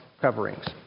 coverings